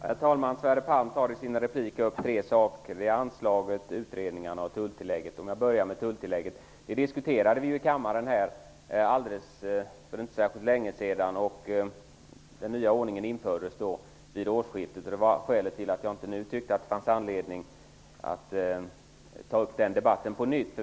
Herr talman! Sverre Palm tar i sin replik upp tre saker: anslaget, utredningarna och tulltillägget. Låt mig börja med tulltillägget. Det diskuterade vi här i kammaren för inte länge sedan, och den nya ordningen infördes vid årsskiftet. Det var skälet till att jag inte nu tyckte att det fanns anledning att ta upp den debatten på nytt.